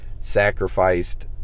sacrificed